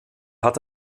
hat